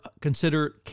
Consider